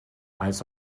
als